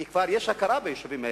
כי כבר יש הכרה ביישובים האלה,